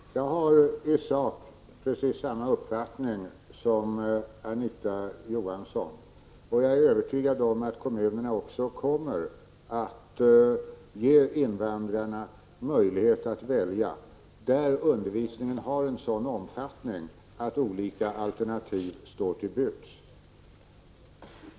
Herr talman! Jag har i sak precis samma uppfattning som Anita Johansson, och jag är övertygad om att kommunerna också kommer att ge invandrarna möjlighet att välja, där undervisningen har en sådan omfattning att olika alternativ står till buds.